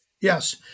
yes